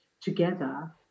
together